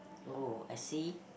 oh I see